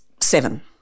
seven